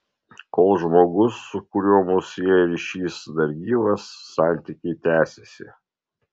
kol žmogus su kuriuo mus sieja ryšys dar gyvas santykiai tęsiasi